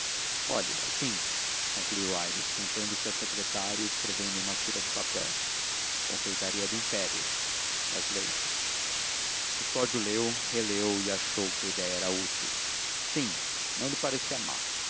olhe assim concluiu aires sentando-se à secretária e escrevendo em uma tira de papel confeitaria do império das leis custódio leu releu e achou que a ideia era útil sim não lhe parecia má